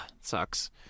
sucks